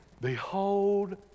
behold